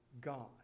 God